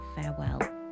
farewell